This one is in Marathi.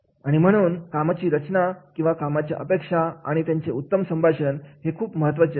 आणि म्हणून कामाची रचना किंवा कामगिरीच्या अपेक्षा आणि त्यांचे उत्तम संभाषण हे खूप महत्त्वाचे असते